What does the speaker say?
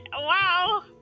Wow